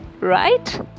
right